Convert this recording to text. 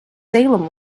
salem